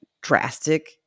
drastic